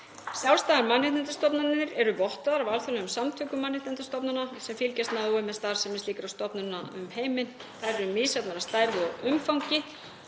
Sjálfstæðar mannréttindastofnanir eru vottaðir af alþjóðlegum samtökum mannréttindastofnana sem fylgjast náið með starfsemi slíkra stofnana um heiminn en þær eru misjafnar að stærð og umfangi.